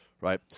right